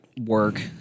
work